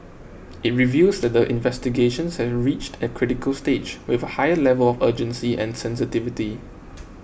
it reveals that the investigations have reached a critical stage with a higher level of urgency and sensitivity